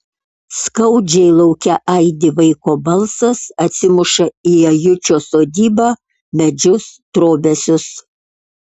skaudžiai lauke aidi vaiko balsas atsimuša į ajučio sodybą medžius trobesius